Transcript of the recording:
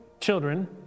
children